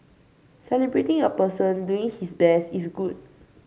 celebrating a person doing his best is good